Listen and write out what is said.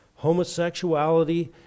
homosexuality